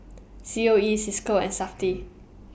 C O E CISCO and Safti